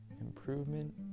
Improvement